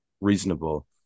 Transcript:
reasonable